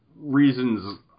reasons